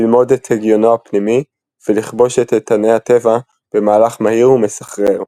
ללמוד את הגיונו הפנימי ולכבוש את איתני הטבע במהלך מהיר ומסחרר.